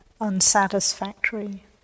unsatisfactory